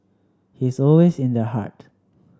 he's always in the heart